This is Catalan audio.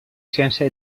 ciència